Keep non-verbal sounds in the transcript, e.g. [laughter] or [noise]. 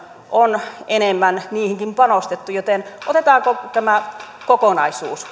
on enemmän niihinkin panostettu joten otetaanko tämä kokonaisuus [unintelligible]